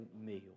meal